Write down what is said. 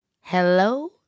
hello